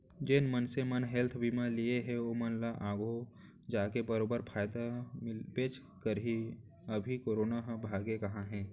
जेन मनसे मन हेल्थ बीमा लिये हें ओमन ल आघु जाके बरोबर फायदा मिलबेच करही, अभी करोना ह भागे कहॉं हे?